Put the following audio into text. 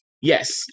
Yes